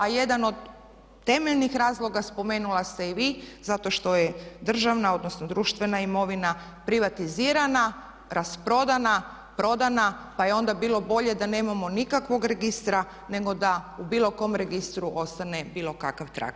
A jedan od temeljnih razloga spomenula ste i vi zato što je državna odnosno društvena imovina privatizirana, rasprodana, prodana, pa je onda bilo bolje da nemamo nikakvog registra nego da u bilo kom registru ostane bilo kakav trag.